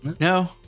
no